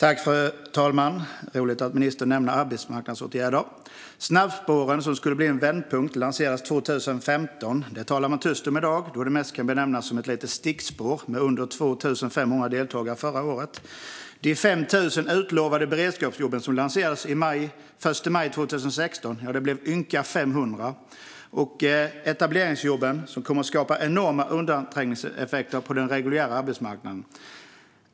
Fru talman! Det är roligt att ministern nämner arbetsmarknadsåtgärder. Snabbspåren, som skulle bli en vändpunkt, lanserades 2015. Detta talar man tyst om i dag då de mest kan benämnas som ett litet stickspår, med under 2 500 deltagare förra året. De 5 000 utlovade beredskapsjobben, som lanserades den 1 maj 2016, blev ynka 500. Och så har vi etableringsjobben, som kommer att skapa enorma undanträngningseffekter på den reguljära arbetsmarknaden.